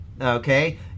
okay